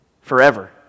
forever